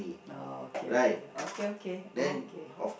oh okay okay okay okay okay